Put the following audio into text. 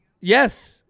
Yes